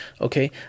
Okay